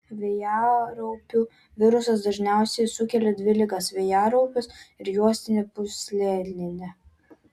vėjaraupių virusas dažniausiai sukelia dvi ligas vėjaraupius ir juostinę pūslelinę